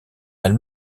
elle